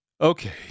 Okay